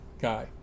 guy